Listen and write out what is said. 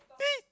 eh